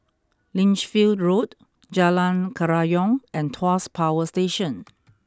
Lichfield Road Jalan Kerayong and Tuas Power Station